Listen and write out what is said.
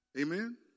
amen